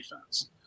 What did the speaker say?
defense